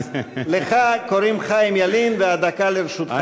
אז לך קוראים חיים ילין, והדקה לרשותך.